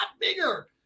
bigger